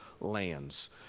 lands